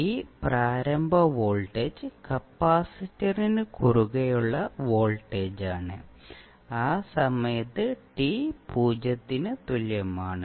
ഈ പ്രാരംഭ വോൾട്ടേജ് കപ്പാസിറ്ററിന് കുറുകെയുള്ള വോൾട്ടേജാണ് ആ സമയത്ത് t പൂജ്യത്തിന് തുല്യമാണ്